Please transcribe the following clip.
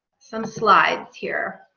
some slides here